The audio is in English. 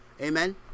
Amen